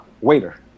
waiter